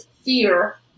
fear